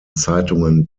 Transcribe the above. zeitungen